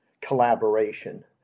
collaboration